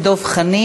219,